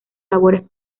labores